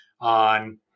on